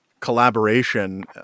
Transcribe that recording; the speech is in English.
collaboration